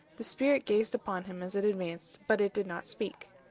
the spirit gazed upon him as it advanced, but it did not speak.